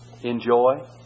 enjoy